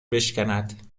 بشکند